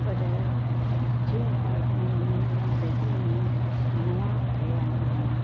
पर जीअं अपाटमैंट में मां रही आहियां नवां ठहिया आहिनि